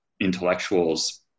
intellectuals